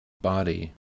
body